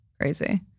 Crazy